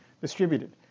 distributed